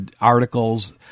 articles